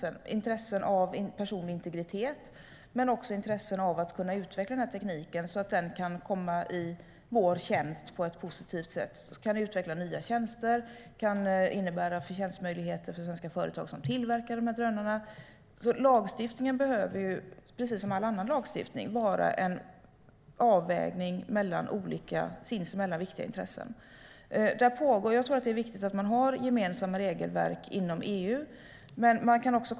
Det handlar om intresset av personlig integritet men också om intresset av att utveckla tekniken så att den kan komma i vår tjänst på ett positivt sätt. Man kan utveckla nya tjänster, vilket kan innebära förtjänstmöjligheter för svenska företag som tillverkar drönare. Lagstiftningen behöver, precis som all annan lagstiftning, vara en avvägning mellan olika, var för sig viktiga intressen. Jag tror att det är viktigt att man har gemensamma regelverk inom EU.